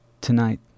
Tonight